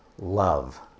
Love